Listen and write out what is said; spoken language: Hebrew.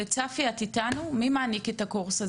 מי מעניק את הקורס?